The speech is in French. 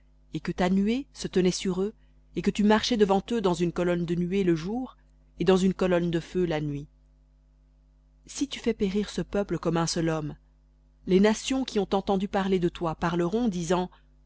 et que ta nuée se tenait sur eux et que tu marchais devant eux dans une colonne de nuée le jour et dans une colonne de feu la nuit si tu fais périr ce peuple comme un seul homme les nations qui ont entendu parler de toi parleront disant